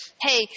hey